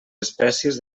espècies